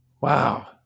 wow